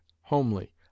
homely